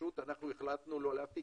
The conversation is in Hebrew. פשוט החלטנו לא להפיק.